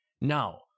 Now